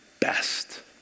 best